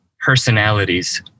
personalities